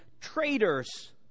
traitors